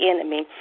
enemy